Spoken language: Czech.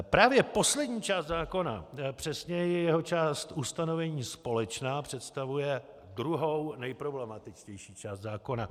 Právě poslední část zákona, přesněji jeho část Ustanovení společná představuje druhou neproblematičtější část zákona.